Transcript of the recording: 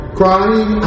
crying